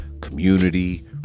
community